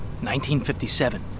1957